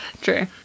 True